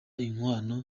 inkwano